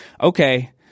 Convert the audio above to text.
okay